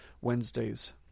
Wednesdays